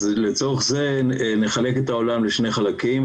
אז לצורך זה נחלק את העולם היהודי לשני חלקים,